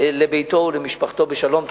לביתו ולמשפחתו בשלום.